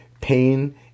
pain